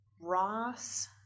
Ross